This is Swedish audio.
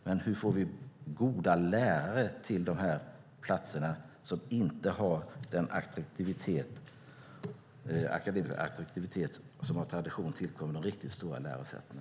Men hur får vi goda lärare till de platser som inte har den attraktivitet som av tradition tillkommer de riktigt stora lärosätena?